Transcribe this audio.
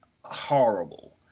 horrible